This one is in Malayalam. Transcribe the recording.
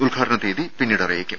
ഉദ്ഘാടന തീയതി പിന്നീട് അറിയിക്കും